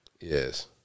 Yes